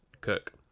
cook